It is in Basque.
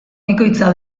bikoitza